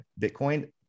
Bitcoin